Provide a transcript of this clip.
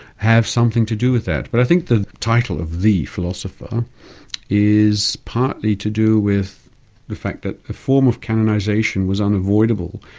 have something to do with that. but i think the title of the philosopher is partly to do with the fact that the form of canonization was unavoidable,